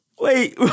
Wait